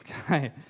Okay